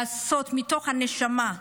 לעשות מתוך הנשמה,